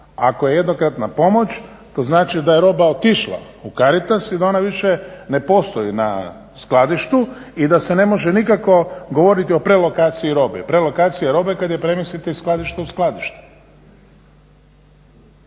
Ako je jednokratna pomoć to znači da je roba otišla u Caritas i da ona više ne postoji na skladištu i da se ne može nikako govoriti o prealokaciji robe. Prealokacija robe je kad je premjestite iz skladišta u skladište.